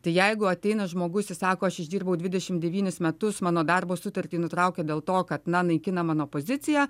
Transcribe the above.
tai jeigu ateina žmogus jis sako aš išdirbau dvidešim devynis metus mano darbo sutartį nutraukė dėl to kad na naikina mano poziciją